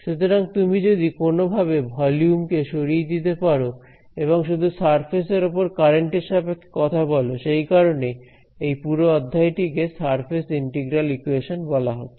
সুতরাং তুমি যদি কোনওভাবে ভলিউম কে সরিয়ে দিতে পারো এবং শুধু সারফেসের ওপর কারেন্টের সাপেক্ষে কথা বল সেই কারণে এই পুরো অধ্যায়টি কে সারফেস ইন্টিগ্রাল ইকুয়েশন বলা হচ্ছে